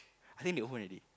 I think they open already